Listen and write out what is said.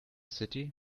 city